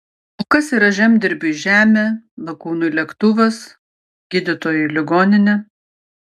o kas yra žemdirbiui žemė lakūnui lėktuvas gydytojui ligoninė